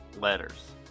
Letters